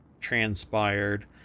transpired